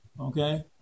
okay